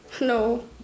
No